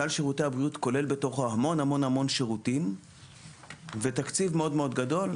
סל שירותי הבריאות כולל בתוכו המון שירותים ותקציב מאוד גדול,